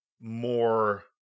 more